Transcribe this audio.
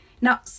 Now